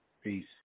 Peace